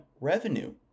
revenue